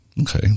Okay